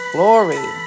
Glory